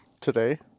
Today